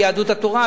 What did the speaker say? מיהדות התורה,